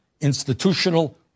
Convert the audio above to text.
institutional